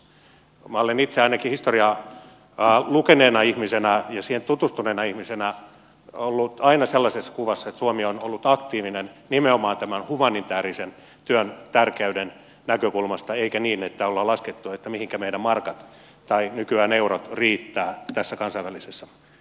minulla on itselläni ainakin historiaa lukeneena ihmisenä ja siihen tutustuneena ihmisenä ollut aina sellainen kuva että suomi on ollut aktiivinen nimenomaan tämän humanitäärisen työn tärkeyden näkökulmasta eikä niin että on laskettu mihinkä meidän markat tai nykyään eurot riittävät tässä kansainvälisessä yhteistyössä